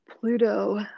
Pluto